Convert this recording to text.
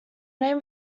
name